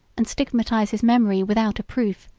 and stigmatize his memory without a proof,